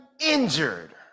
injured